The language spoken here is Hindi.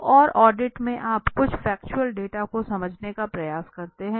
तो और ऑडिट में आप कुछ फैक्चुअल डेटा को समझने का प्रयास करते हैं